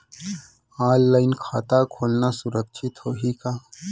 Online खाता खोलना सुरक्षित होही का?